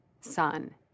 son